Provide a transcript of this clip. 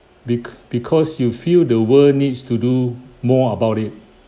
be~ because you feel the world needs to do more about it